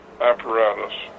apparatus